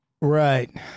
Right